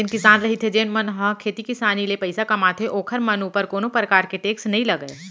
जेन किसान रहिथे जेन मन ह खेती किसानी ले पइसा कमाथे ओखर मन ऊपर कोनो परकार के टेक्स नई लगय